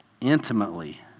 intimately